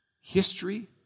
history